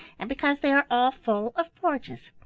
and because they are all full of forges.